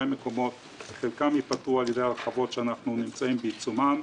חלק ייפתר על ידי ההרחבות שאנחנו נמצאים בעיצומן.